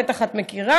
בטח את מכירה,